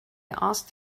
asked